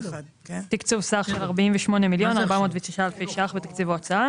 תקצוב סך של 48,409,000 ₪ בתקציב ההוצאה